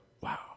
wow